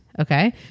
Okay